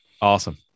Awesome